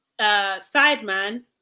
sideman